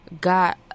Got